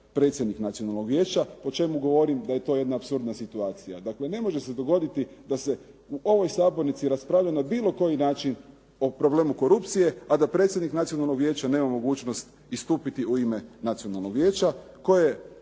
predsjednik Nacionalnog vijeća. Po čemu govorim da je to jedna apsurdna situacija? Dakle, ne može se dogoditi da se u ovoj sabornici raspravlja na bilo koji način o problemu korupcije, a da predsjednik Nacionalnog vijeća nema mogućnost istupiti u ime Nacionalnog vijeća koje